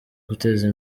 guteza